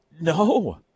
No